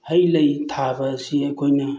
ꯍꯩ ꯂꯩ ꯊꯥꯕ ꯑꯁꯤ ꯑꯩꯈꯣꯏꯅ